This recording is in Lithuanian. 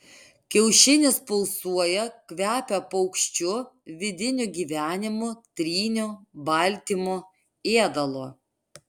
kiaušinis pulsuoja kvepia paukščiu vidiniu gyvenimu tryniu baltymu ėdalu